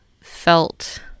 felt